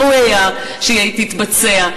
שראוי היה שהיא תתבצע.